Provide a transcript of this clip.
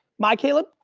my caleb?